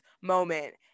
moment